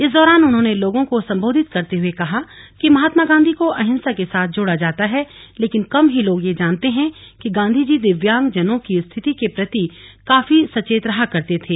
इस दौरान उन्होंने लोगों को संबोधित करते हुए कहा कि महात्मा गांधी को अहिंसा के साथ जोड़ा जाता है लेकिन कम ही लोगों ये जानते है कि गांधी जी दिव्यांग जनों की स्थिति के प्रति भी काफी सचेत रहा करते थे